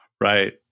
Right